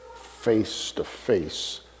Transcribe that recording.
face-to-face